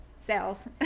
sales